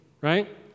right